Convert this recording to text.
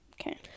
Okay